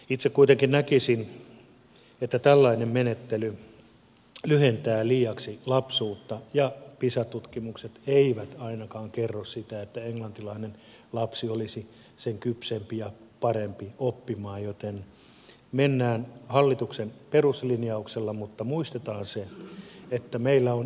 itse kuitenkin näkisin että tällainen menettely lyhentää liiaksi lapsuutta ja pisa tutkimukset eivät ainakaan kerro sitä että englantilainen lapsi olisi sen kypsempi ja parempi oppimaan joten mennään hallituksen peruslinjauksella mutta muistetaan se että meillä on erilaisia perhepäivähoidollisia haasteita tässä